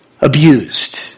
abused